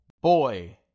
boy